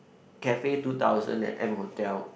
cafe two thousand at M-Hotel